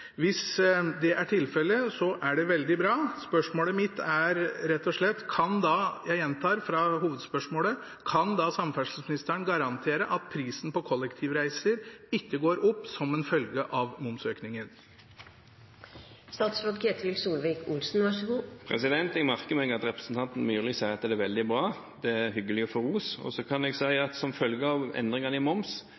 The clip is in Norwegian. Hvis det er tilfelle, er det veldig bra. Spørsmålet mitt er rett og slett – og jeg gjentar fra hovedspørsmålet – kan da samferdselsministeren garantere at prisen på kollektivreiser ikke går opp som en følge av momsøkningen? Jeg merker meg at representanten Myrli sier at dette er veldig bra. Det er hyggelig å få ros. Så kan jeg si at som følge av endringene i moms